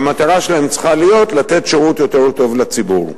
והמטרה שלהם צריכה להיות לתת שירות יותר טוב לציבור.